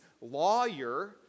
lawyer